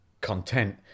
content